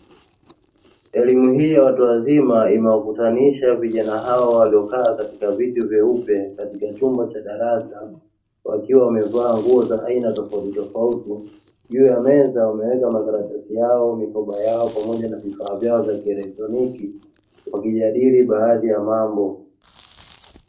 Elimu hii ya watu wazima imewakutanisha vijana hawa waliokaa katika viti vyeupe katika chumba cha darasa wakiwa wamevaa nguo za aina tofautitofauti. Juu ya meza wameweka makaratasi yao, mikoba yao pamoja na vifaa vyao vya kielektroniki wakijadili baadhi ya mambo.